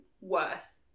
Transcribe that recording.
worth